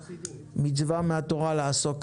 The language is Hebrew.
מצווה מהתורה לעסוק.